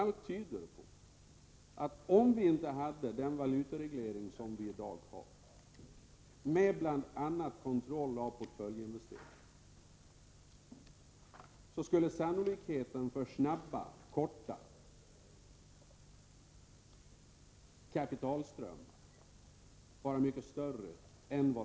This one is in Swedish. Allt tyder på att om vi inte hade den nuvarande valutaregleringen med kontroll av bl.a. portföljinvesteringar, skulle sannolikheten för att vi finge snabba, kortsiktiga kapitalströmmar öka.